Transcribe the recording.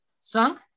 song